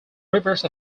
reverse